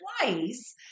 twice